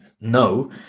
no